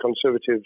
Conservatives